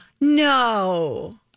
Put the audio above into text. No